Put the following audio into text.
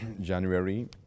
January